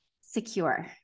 secure